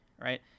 right